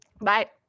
Bye